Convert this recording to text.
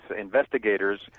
investigators